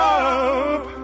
up